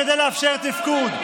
כדי לאפשר תפקוד.